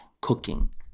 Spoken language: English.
cooking